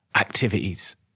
activities